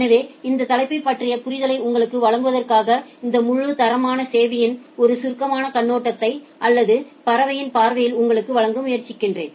எனவே இந்த தலைப்பைப் பற்றிய புரிதலை உங்களுக்கு வழங்குவதற்காக இந்த முழு தரமான சேவையின் ஒரு சுருக்கமான கண்ணோட்டத்தை அல்லது பறவையின் பார்வையில் உங்களுக்கு வழங்க முயற்சிக்கிறேன்